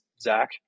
Zach